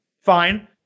Fine